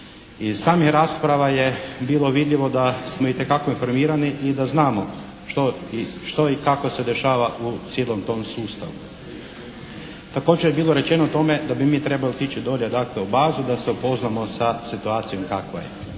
Iz samih rasprava je bilo vidljivo da smo itekako informirani i da znamo što i kako se dešava u cijelom tom sustavu. Također je bilo rečeno tome da bi mi trebali otići dolje, dakle bazu, da se upoznamo sa situacijom kakva je.